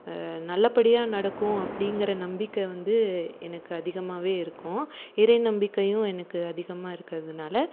நல்லபடியாக நடக்கும் அப்படிங்குற நம்பிக்கை வந்து எனக்கு அதிகமாகவே இருக்கும் இறை நம்பிக்கையும் எனக்கு அதிகமாக இருக்கறதுனால்